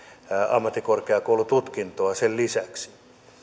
ammattikorkeakoulututkintoa sen lisäksi